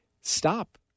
stop